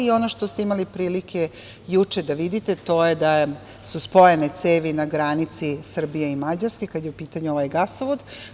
Ono što ste imali prilike juče da vidite to je da su spojene cevi na granici Srbije i Mađarske, kada je u pitanju ovaj gasovod.